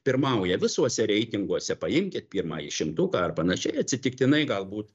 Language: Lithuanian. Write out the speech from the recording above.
pirmauja visuose reitinguose paimkit pirmąjį šimtuką ar panašiai atsitiktinai galbūt